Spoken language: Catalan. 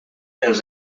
els